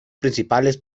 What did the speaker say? principales